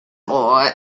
boy